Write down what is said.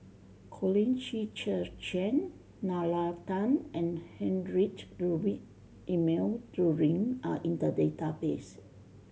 Colin Qi Zhe Quan Nalla Tan and Heinrich Ludwig Emil Luering are in the database